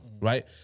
right